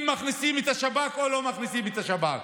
מכניסים את השב"כ או לא מכניסים את השב"כ.